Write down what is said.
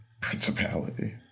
principality